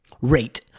rate